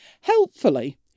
Helpfully